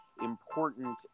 important